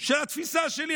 של התפיסה שלי,